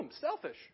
selfish